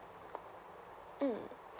mm